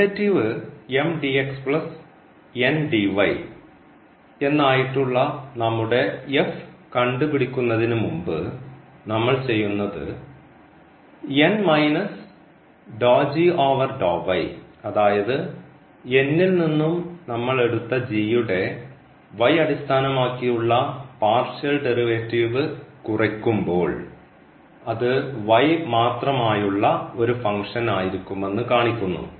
derivative എന്നായിട്ടുള്ള നമ്മുടെ കണ്ടുപിടിക്കുന്നതിനുമുമ്പ് മുമ്പ് നമ്മൾ ചെയ്യുന്നത് അതായത് ൽനിന്നും നമ്മൾ എടുത്ത യുടെ അടിസ്ഥാനമാക്കിയുള്ള പാർഷ്യൽ ഡെറിവേറ്റീവ് കുറയ്ക്കുമ്പോൾ അത് മാത്രമായുള്ള ഒരു ഫംഗ്ഷൻ ആയിരിക്കുമെന്ന് കാണിക്കുന്നു